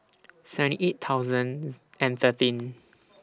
seventy eight thousands and thirteen